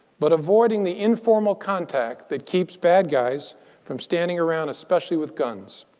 but avoiding the informal contact that keeps bad guys from standing around, especially with guns?